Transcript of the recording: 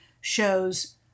shows